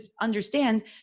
understand